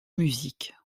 musique